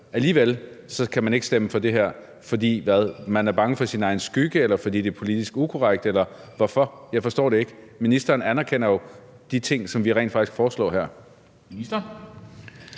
Alligevel kan man ikke stemme for det her, fordi hvad? Er man bange for sin egen skygge, eller er det, fordi det er politisk ukorrekt? Jeg forstår det ikke. Ministeren anerkender jo de ting, som vi rent faktisk foreslår her.